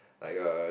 like a